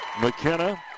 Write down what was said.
McKenna